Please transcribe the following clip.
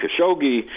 Khashoggi